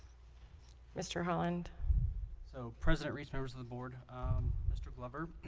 mr. holland so president reese members of the board mr. glover